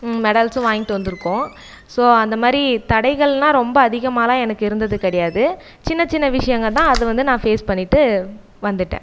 மெடல்ஸும் வாங்கிட்டு வந்துருக்கோம் ஸோ அந்தமாதிரி தடைகள்லாம் ரொம்ப அதிகமாலாம் எனக்கு இருந்தது கிடையாது சின்னச் சின்ன விஷயங்க தான் அது வந்து நான் ஃபேஸ் பண்ணிகிட்டு வந்துட்டேன்